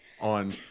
on